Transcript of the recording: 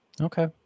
Okay